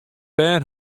bern